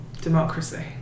Democracy